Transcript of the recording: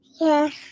Yes